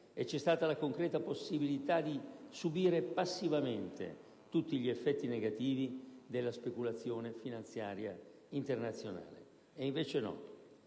e c'è stata la concreta possibilità di subire passivamente tutti gli effetti negativi della speculazione finanziaria internazionale. E invece no.